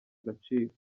agaciro